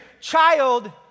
child